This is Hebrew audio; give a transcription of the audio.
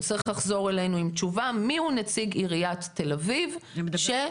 הוא יצטרך לחזור אלינו עם תשובה מי הוא נציג עירית תל אביב ש-